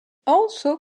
also